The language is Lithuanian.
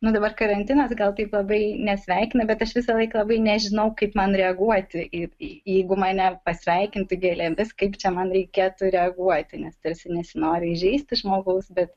nu dabar karantinas gal taip labai nesveikina bet aš visą laiką labai nežinau kaip man reaguoti jeigu mane pasveikintų gėlėmis kaip čia man reikėtų reaguoti nes tarsi nesinori įžeisti žmogaus bet